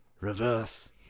reverse